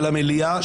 במליאה,